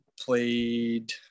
played